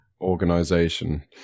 organization